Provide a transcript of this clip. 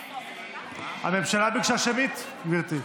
הממשלה ביקשה שמית, גברתי.